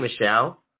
Michelle